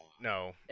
no